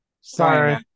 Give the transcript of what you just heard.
sorry